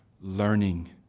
learning